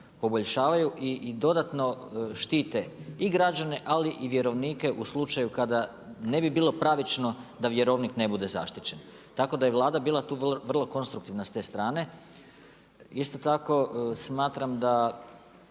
poboljšavaju i dodatno štite i građane ali i vjerovnike u slučaju kada ne bi bilo pravično da vjerovnik ne bude zaštićen. Tako da je Vlada bila tu vrlo konstruktivna s te strane. Isto tako, smatram da